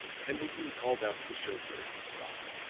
pendleton called out to the chauffeur to stop.